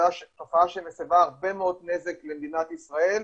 תופעה שמסבה הרבה מאוד נזק למדינת ישראל,